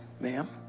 ma'am